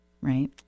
right